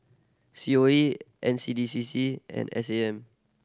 C O E and C D C C and S A M